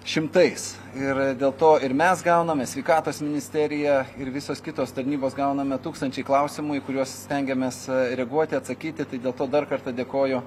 šimtais ir dėl to ir mes gauname sveikatos ministerija ir visos kitos tarnybos gauname tūkstančiai klausimų į kuriuos stengiamės reaguoti atsakyti tai dėl to dar kartą dėkoju